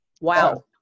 Wow